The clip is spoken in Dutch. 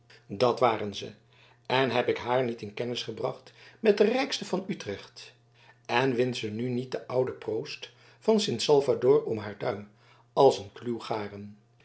dat waren ze en heb ik haar niet in kennis gebracht met de rijksten van utrecht en windt ze nu niet den ouden proost van sint salvator om haar duim als een kluw garen